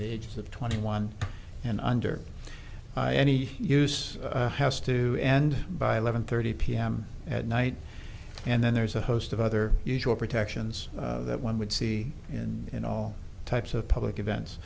the age of twenty one and under any use has to end by eleven thirty p m at night and then there's a host of other usual protections that one would see in all types of public events